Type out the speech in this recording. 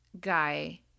guy